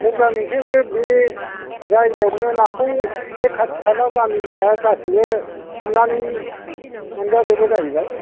अब्ला नोंसोरो बे जायगायावनो नाखौ बे खाथि खाला गामिनिया गासैबो हमनानै मोनजाजोबो जाहैबाय